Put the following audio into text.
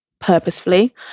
purposefully